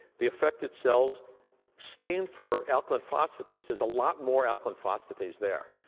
the affected cells stand for alkaline phosphatase. there's a lot more alkaline phosphatase there,